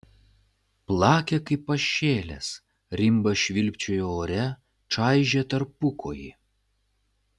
plakė kaip pašėlęs rimbas švilpčiojo ore čaižė tarpukojį